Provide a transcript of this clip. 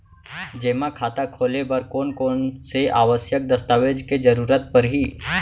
जेमा खाता खोले बर कोन कोन से आवश्यक दस्तावेज के जरूरत परही?